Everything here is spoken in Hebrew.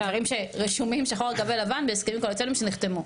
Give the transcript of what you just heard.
זה דברים שרשומים שחור על גבי לבן בהסכמים הקואליציוניים שנחתמו.